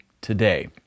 today